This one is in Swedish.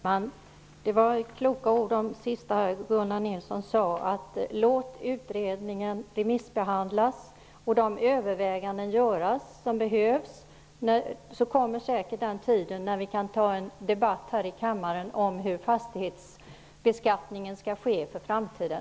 Fru talman! De sista orden som Gunnar Nilsson sade var kloka. Låt utredningen remissbehandlas och de överväganden göras som behövs! Då kommer säkert den tid då vi kan ha en debatt här i kammaren om hur fastighetsbeskattningen skall ske i framtiden.